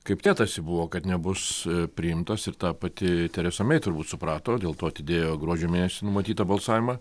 kaip tėtasi buvo kad nebus priimtos ir ta pati teresa mei turbūt suprato dėl to atidėjo gruodžio mėnesį numatytą balsavimą